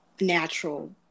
natural